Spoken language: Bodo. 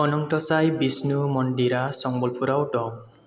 अनन्तसाइ विष्णु मन्दिरा सम्बलपुराव दं